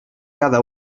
cada